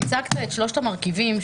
הצגת את שלושת המרכיבים,